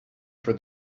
for